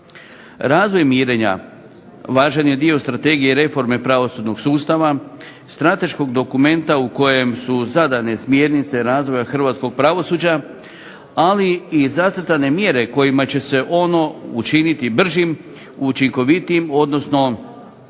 Razvoj mirenja važan je dio Strategije reforme pravosudnog sustava, strateškog dokumenta u kojem su zadane smjernice razvoja hrvatskog pravosuđa ali i zacrtane mjere kojima će se ono učiniti bržim, učinkovitijim odnosno modernizirati